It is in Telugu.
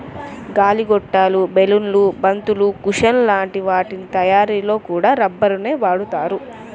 గాలి గొట్టాలు, బెలూన్లు, బంతులు, కుషన్ల లాంటి వాటి తయ్యారీలో కూడా రబ్బరునే వాడతారు